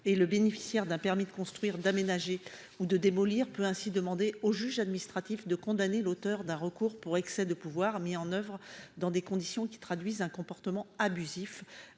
Le bénéficiaire d'un permis de construire, d'aménager ou de démolir peut ainsi demander au juge administratif de condamner l'auteur d'un recours pour excès de pouvoir mis en oeuvre dans des conditions qui traduisent un comportement abusif